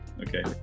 okay